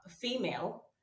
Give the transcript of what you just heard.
female